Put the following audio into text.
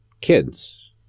Kids